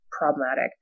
problematic